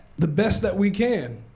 the best that we can,